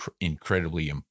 incredibly